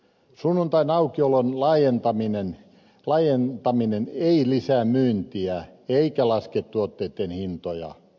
sunnuntain aukiolon laajentaminen ei lisää myyntiä eikä laske tuotteitten hintoja